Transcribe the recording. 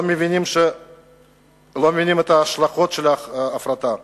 לא מבינים את ההשלכות של ההפרטה.